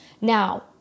Now